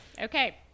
Okay